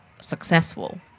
successful